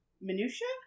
Minutia